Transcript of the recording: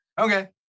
okay